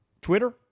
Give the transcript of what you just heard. Twitter